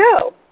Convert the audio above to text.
go